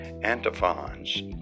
antiphons